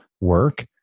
work